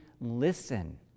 listen